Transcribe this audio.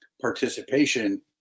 participation